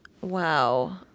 Wow